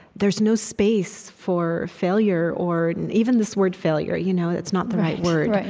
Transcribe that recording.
there's no space for failure or even this word, failure. you know it's not the right word.